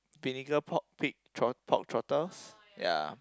vinegar pork pig tro~ pork trotters ya